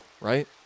right